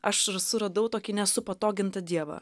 aš ir suradau tokį nesupatogintą dievą